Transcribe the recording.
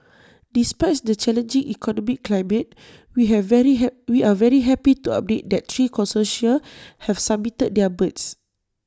despite the challenging economic climate we have very hat we're very happy to update that three consortia have submitted their bids